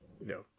No